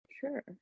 Sure